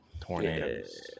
Tornadoes